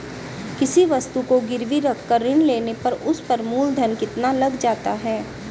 किसी वस्तु को गिरवी रख कर ऋण लेने पर उस पर मूलधन कितना लग जाता है?